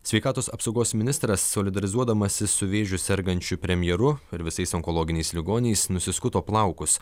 sveikatos apsaugos ministras solidarizuodamasis su vėžiu sergančiu premjeru ar visais onkologiniais ligoniais nusiskuto plaukus